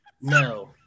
No